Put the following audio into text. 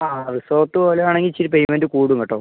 ആ റിസോട്ട് പോലെയാണെങ്കിൽ ഇച്ചിരി പേയ്മെൻറ്റ് കൂടും കേട്ടോ